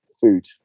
food